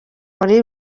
muri